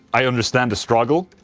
i understand the struggle